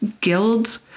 guilds